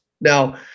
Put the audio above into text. Now